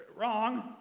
Wrong